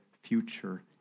future